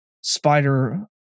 spider